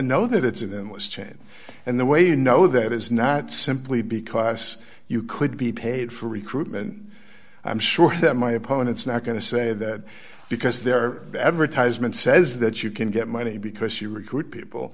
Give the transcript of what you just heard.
know that it's in them was change and the way you know that is not simply because you could be paid for recruitment i'm sure that my opponents not going to say that because their advertisements says that you can get money because you recruit people